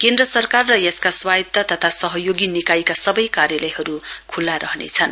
केन्द्र सरकार र यसका स्वायत्र तथा सहयोगी निकायका सवै कार्यालयहरु खुल्ला रहनेछन्